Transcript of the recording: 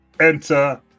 enter